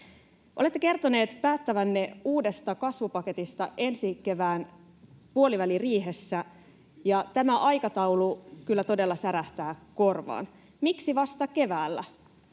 Olette kertoneet päättävänne uudesta kasvupaketista ensi kevään puoliväliriihessä, ja tämä aikataulu kyllä todella särähtää korvaan. Miksi vasta keväällä?